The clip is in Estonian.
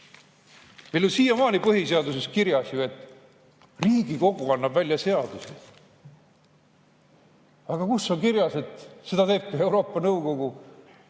Meil on siiamaani põhiseaduses kirjas ju, et Riigikogu annab välja seadusi. Aga kus on kirjas, et seda teeb Euroopa Nõukogu?